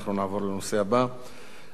אנחנו נעבור לנושא הבא,